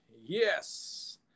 Yes